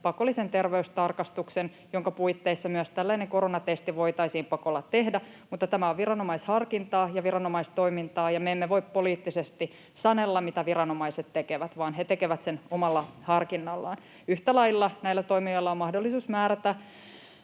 pakollisen terveystarkastuksen, jonka puitteissa myös tällainen koronatesti voitaisiin pakolla tehdä. Mutta tämä on viranomaisharkintaa ja viranomaistoimintaa, ja me emme voi poliittisesti sanella, mitä viranomaiset tekevät, vaan he tekevät sen omalla harkinnallaan. Yhtä lailla näillä toimijoilla on mahdollisuus määrätä